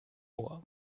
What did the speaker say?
ohr